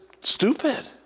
stupid